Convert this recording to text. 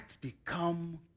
become